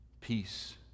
Peace